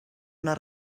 una